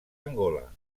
angola